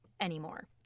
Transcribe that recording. anymore